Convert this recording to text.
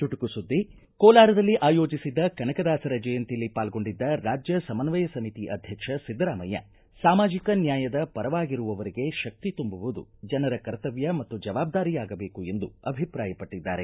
ಚುಟುಕು ಸುದ್ದಿ ಕೋಲಾರದಲ್ಲಿ ಆಯೋಜಿಸಿದ್ದ ಕನಕದಾಸರ ಜಯಂತಿಯಲ್ಲಿ ಪಾಲ್ಗೊಂಡಿದ್ದ ರಾಜ್ಯ ಸಮನ್ವಯ ಸಮಿತಿ ಅಧ್ಯಕ್ಷ ಸಿದ್ಧರಾಮಯ್ಯ ಸಾಮಾಜಕ ನ್ನಾಯದ ಪರವಾಗಿರುವವರಿಗೆ ಶಕ್ತಿ ತುಂಬುವುದು ಜನರ ಕರ್ತವ್ಯ ಮತ್ತು ಜವಾಬ್ದಾರಿಯಾಗಬೇಕು ಎಂದು ಅಭಿಪ್ರಾಯಪಟ್ಟದ್ದಾರೆ